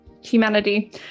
humanity